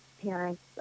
parents